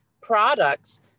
products